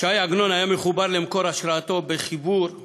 ש"י עגנון היה מחובר למקור השראתו בחיבור מולד.